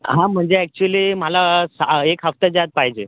हां म्हणजे ॲक्च्युली मला सा एक हफ्त्याच्या आत पाहिजे